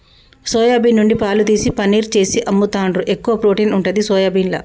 soya bean నుండి పాలు తీసి పనీర్ చేసి అమ్ముతాండ్రు, ఎక్కువ ప్రోటీన్ ఉంటది సోయాబీన్ల